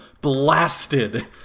blasted